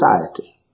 society